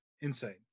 Insane